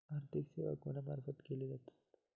आर्थिक सेवा कोणा मार्फत दिले जातत?